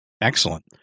excellent